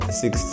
six